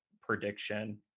prediction